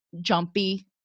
jumpy